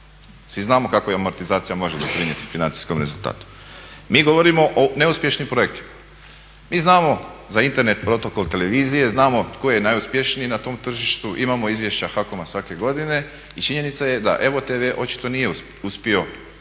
Svi znamo kako amortizacija može doprinijeti financijskom rezultatu. Mi govorimo o neuspješnim projektima, mi znamo za interne protokol televizije, znamo tko je najuspješniji na tom tržištu, imamo izvješća HAKOM-a svake godine i činjenica je da EVO TV nije uspio ostvariti